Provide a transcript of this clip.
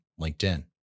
LinkedIn